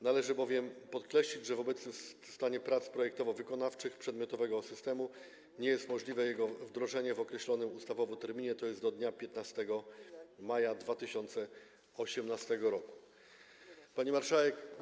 Należy bowiem podkreślić, że w obecnym stanie prac projektowo-wykonawczych przedmiotowego systemu nie jest możliwe jego wdrożenie w określonym ustawowo terminie, tj. do dnia 15 maja 2018 r. Pani Marszałek!